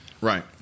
Right